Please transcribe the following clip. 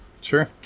Sure